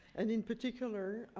and in particular,